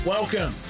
Welcome